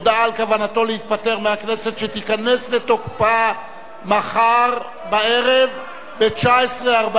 הודעה על כוונתו להתפטר מהכנסת שתיכנס לתוקפה מחר בערב ב-19:46.